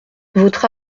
votre